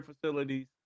facilities